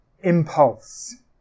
impulse